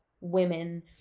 women